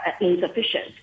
insufficient